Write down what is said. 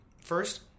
First